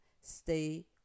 stay